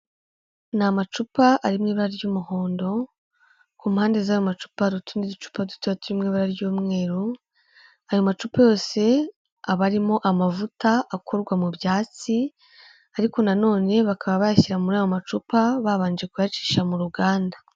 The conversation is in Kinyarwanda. Ni amacupa ari mu ibara ry'umuhondo, kumpande z'ayo macupa hari utundi ducupa duto turi mu ibara ry'umweru, ayo macupa yose aba arimo amavuta akurwa mu byatsi, ariko nanone bakaba bashyira muri ayo macupa, babanje kuyacisha mu ruganda.